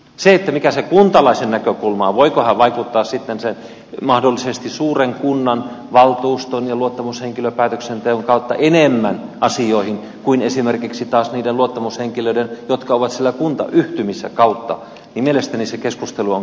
se että mikä se kuntalaisen näkökulma on voiko hän vaikuttaa sitten sen mahdollisesti suuren kunnan valtuuston ja luottamushenkilöpäätöksenteon kautta enemmän asioihin kuin esimerkiksi taas niiden luottamushenkilöiden jotka ovat siellä kuntayhtymissä kautta niin mielestäni se keskustelu on kyllä varsin semanttista